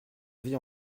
vie